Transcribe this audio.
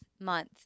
month